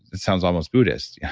it sounds almost buddhist. yeah